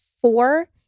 four